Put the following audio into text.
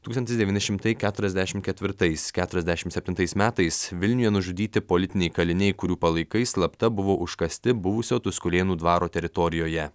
tūkstantis devyni šimtai keturiasdešim ketvirtais keturiasdešim septintais metais vilniuje nužudyti politiniai kaliniai kurių palaikai slapta buvo užkasti buvusio tuskulėnų dvaro teritorijoje